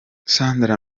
sandra